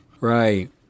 right